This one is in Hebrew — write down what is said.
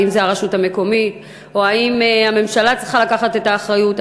האם זו הרשות המקומית או האם הממשלה צריכה לקחת את האחריות,